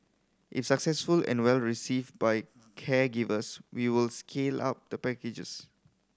if successful and well received by caregivers we will scale up the packages